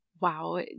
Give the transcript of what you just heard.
Wow